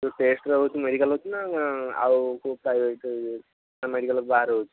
ଯେଉଁ ଟେଷ୍ଟଟା ହେଉଛି ମେଡିକାଲରେ ହେଉଛି ନା ଆଉ କେଉଁ ପ୍ରାଇଭେଟରେ ନା ମାନେ ମେଡିକାଲ୍ ବାହାରେ ହେଉଛି